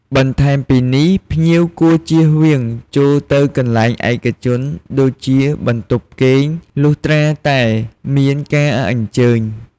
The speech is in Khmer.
បន្ថែមពីនេះ ភ្ញៀវគួរជៀសវាងចូលទៅកន្លែងឯកជនដូចជាបន្ទប់គេង លុះត្រាតែមានការអញ្ជើញ។